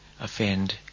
offend